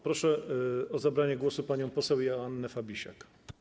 Proszę o zabranie głosu panią poseł Joannę Fabisiak.